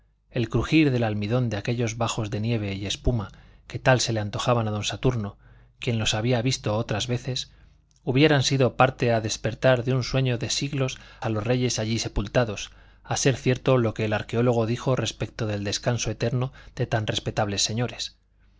el crujir del almidón de aquellos bajos de nieve y espuma que tal se le antojaban a don saturno quien los había visto otras veces hubieran sido parte a despertar de su sueño de siglos a los reyes allí sepultados a ser cierto lo que el arqueólogo dijo respecto del descanso eterno de tan respetables señores